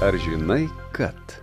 ar žinai kad